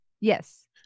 Yes